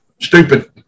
stupid